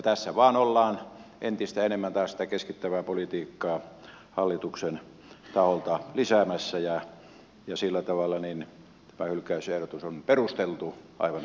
tässä ollaan vain entistä enemmän taas sitä keskittävää politiikkaa hallituksen taholta lisäämässä ja sillä tavalla tämä hylkäysehdotus on aivan perusteltu näissä asioissa